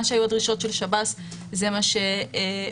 מה שהיה דרישות שב"ס זה מה שהוחלט.